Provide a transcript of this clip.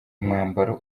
umwambaro